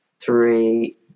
three